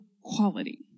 quality